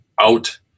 out